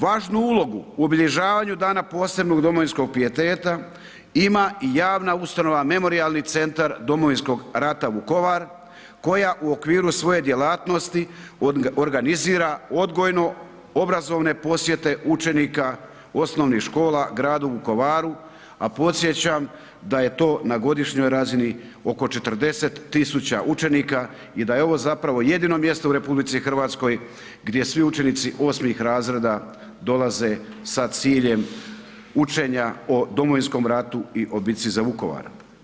Važnu ulogu u obilježavanju Dana posebnog domovinskog pijeteta ima i javna ustanova Memorijalni centar Domovinskog rata Vukovar koja u okviru svoje djelatnosti organizira odgojno obrazovne posjete učenika osnovnih škola gradu Vukovaru, a podsjećam da je to na godišnjoj razini oko 40.000 učenika i da je ovo zapravo jedino mjesto u RH gdje svi učenici 8. razreda dolaze sa ciljem učenja o Domovinskom ratu i o bitci za Vukovar.